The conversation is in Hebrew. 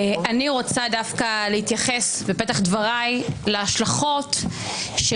אני רוצה דווקא להתייחס בפתח דבריי להשלכות של